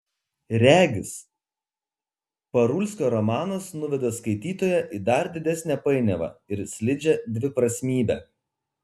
regis parulskio romanas nuveda skaitytoją į dar didesnę painiavą ir slidžią dviprasmybę